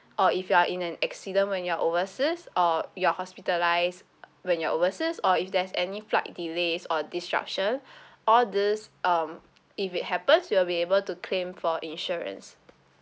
or if you are in an accident when you're overseas or you're hospitalised when you're overseas or if there's any flight delays or disruption all this um if it happens you'll be able to claim for insurance